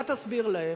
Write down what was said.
מה תסביר להם?